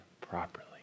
properly